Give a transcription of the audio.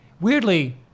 Weirdly